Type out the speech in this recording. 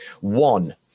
One